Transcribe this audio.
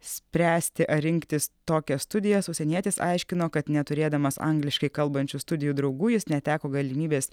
spręsti ar rinktis tokias studijas užsienietis aiškino kad neturėdamas angliškai kalbančių studijų draugų jis neteko galimybės